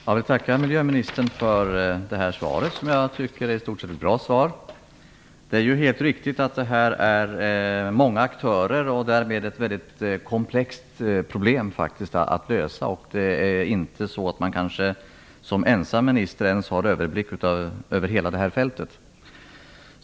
Fru talman! Jag vill tacka miljöministern för svaret som jag i stort sett tycker är bra. Det är helt riktigt att det här finns många aktörer. Det är därmed faktiskt ett väldigt komplext problem att lösa. Som ensam minister har man kanske inte ens överblick över hela fältet.